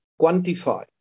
quantify